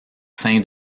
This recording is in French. sein